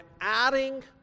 adding